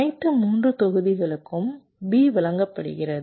அனைத்து 3 தொகுதிகளுக்கும் B வழங்கப்படுகிறது